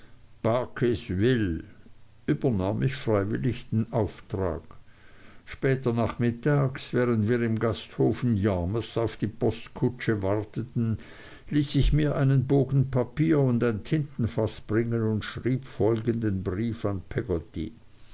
barkis will übernahm ich bereitwillig den auftrag später nachmittags während wir im gasthof in yarmouth auf die postkutsche warteten ließ ich mir einen bogen papier und ein tintenfaß bringen und schrieb folgenden brief an